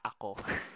ako